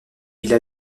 ville